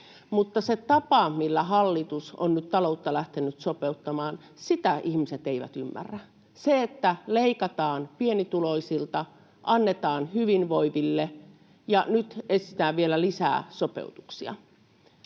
mutta sitä tapaa, millä hallitus on nyt taloutta lähtenyt sopeuttamaan, ihmiset eivät ymmärrä: että leikataan pienituloisilta, annetaan hyvinvoiville ja nyt etsitään vielä lisää sopeutuksia.